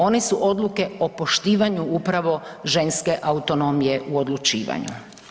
One su odluke o poštivanju upravo ženske autonomije u odlučivanju.